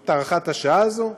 את הארכת השעה הזאת,